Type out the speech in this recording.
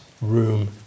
room